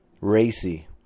Racy